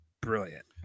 brilliant